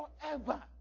forever